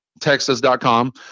Texas.com